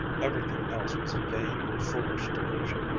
everything else was a vain and foolish delusion,